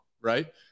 right